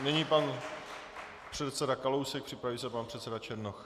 Nyní pan předseda Kalousek, připraví se pan předseda Černoch.